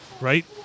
right